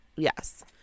Yes